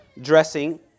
dressing